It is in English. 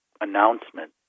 announcement